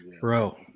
bro